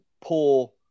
poor